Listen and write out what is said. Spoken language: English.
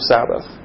Sabbath